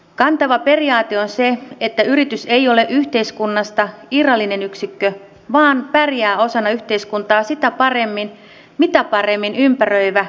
kantava periaate on se että yritys ei ole yhteiskunnasta irrallinen yksikkö vaan pärjää osana yhteiskuntaa sitä paremmin mitä paremmin ympäröivä yhteiskunta voi